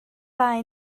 ddau